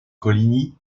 coligny